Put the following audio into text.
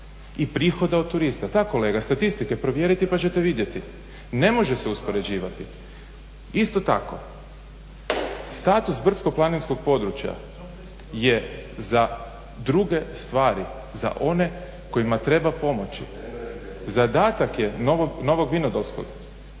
i prihoda od turista. Da kolega, statistike. Provjerite pa ćete vidjeti. Ne može se uspoređivati. Isto tako status brdsko-planinskog područja je za druge stvari, za one kojima treba pomoći. Zadatak je Novog Vinodolskog